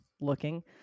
looking